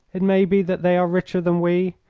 it may be that they are richer than we,